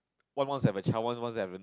one one seven try one one seven